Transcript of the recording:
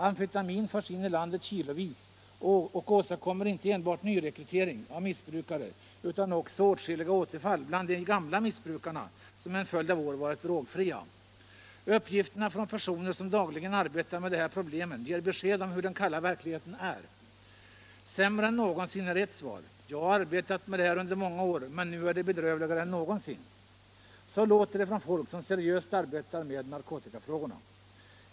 Amfetamin förs in i landet kilovis och åstadkommer inte enbart nyrekrytering av missbrukare utan också åtskilliga återfall bland de gamla missbrukare som under en följd av år varit drogfria. Uppgifter från personer som dagligen arbetar med de här problemen ger besked om hur den kalla verkligheten är. ”Sämre än någonsin” är ett svar. ”Jag har arbetat med det här under många år men nu är det bedrövligare än någonsin.” Så låter det från folk som seriöst arbetar med narkotikafrågorna.